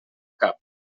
cap